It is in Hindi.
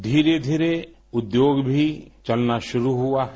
धीरे धीर्रे उद्योग भी चलना शुरू हुआ है